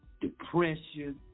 depression